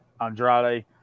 Andrade